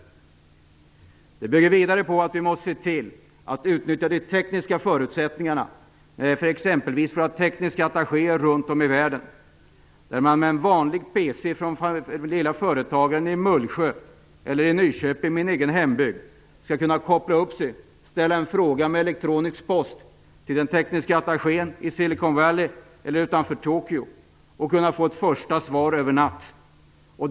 Detta bygger vidare på att vi måste utnyttja de tekniska förutsättningarna för att exempelvis ha tekniska attachéer runt om i världen, så att man med en vanlig PC från det lilla företaget i Mullsjö eller i Nyköping, min egen hembygd, skall kunna koppla upp sig, ställa en fråga med elektronisk post till den tekniska attachén i Silicon Valley eller utanför Tokyo och kunna få ett första svar över natten.